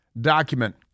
document